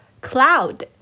cloud